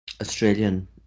Australian